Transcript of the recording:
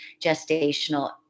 gestational